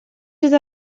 eta